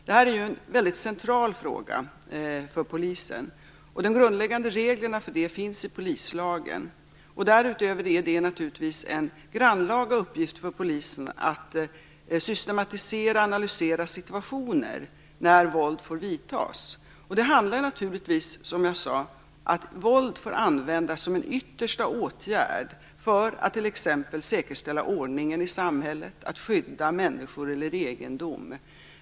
Det är en mycket central fråga för polisen. De grundläggande reglerna finns i polislagen. Därutöver är det naturligtvis en grannlaga uppgift för polisen att systematisera och analysera situationer där våld får vidtas. Det handlar som jag sade om att våld får användas som en yttersta åtgärd för att t.ex. säkerställa ordningen i samhället, för att skydda människor eller egendom.